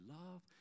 love